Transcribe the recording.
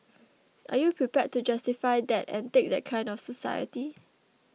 are you prepared to justify that and take that kind of society